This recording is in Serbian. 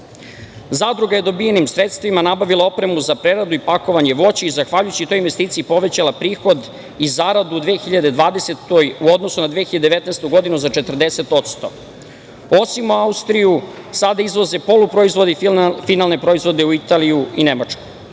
Zadruga je dobijenim sredstvima nabavila opremu za preradu i pakovanje voća i zahvaljujući toj investiciji povećala prihod i zaradu u 2020. godini u odnosu na 2019. godinu za 40%. Osim u Austriji, sada izvoze poluproizvode i finalne proizvode u Italiji i Nemačkoj. Više